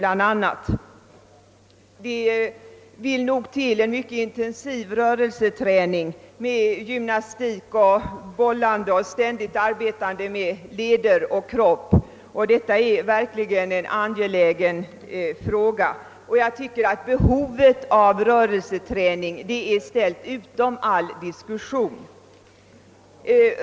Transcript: Det krävs i sådana fall en mycket intensiv rörelseträning med gymnastik, bollning och ständigt arbete med leder och kropp. Detta är en verkligt angelägen fråga, och jag tycker att behovet av rörelseträning är ställt utom all diskussion.